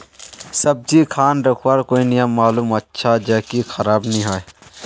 सब्जी खान रखवार कोई नियम मालूम अच्छा ज की खराब नि होय?